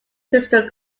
pistol